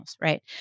right